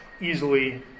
easily